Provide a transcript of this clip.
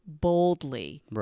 boldly